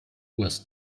urs